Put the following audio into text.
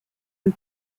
and